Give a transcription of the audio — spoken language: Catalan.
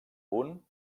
punt